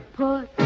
put